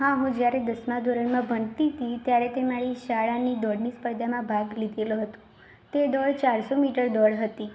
હા હું જ્યારે દસમા ધોરણમાં ભણતી હતી ત્યારે તે મારી શાળાની દોડની સ્પર્ધામાં ભાગ લીધેલો હતો તે દોડ ચારસો મીટર દોડ હતી